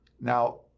now